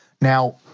Now